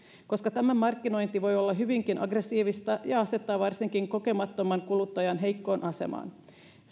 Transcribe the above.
koska tämä markkinointi voi olla hyvinkin aggressiivista ja asettaa varsinkin kokemattoman kuluttajan heikkoon asemaan